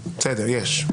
בעיניי,